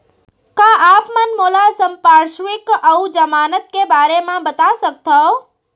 का आप मन मोला संपार्श्र्विक अऊ जमानत के बारे म बता सकथव?